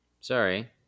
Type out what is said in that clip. Sorry